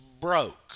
broke